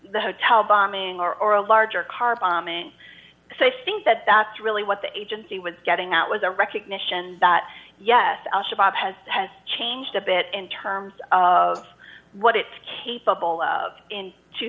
the hotel bombing or a larger car bombing so i think that that's really what the agency was getting out was a recognition that yes al shabaab has changed a bit in terms of what it's capable of in two